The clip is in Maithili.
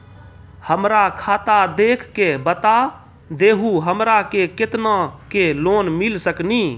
हमरा खाता देख के बता देहु हमरा के केतना के लोन मिल सकनी?